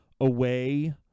away